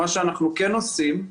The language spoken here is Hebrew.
מה שאנחנו כן עושים זה